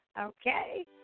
Okay